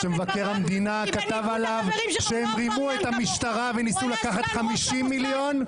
שמבקר המדינה כתב עליו שהם רימו את המשטרה וניסו לקחת 50 מיליון?